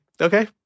okay